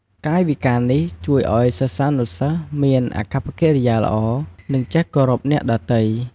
កាយវិការនេះជួយឱ្យសិស្សានុសិស្សមានអាកប្បកិរិយាល្អ និងចេះគោរពអ្នកដទៃ។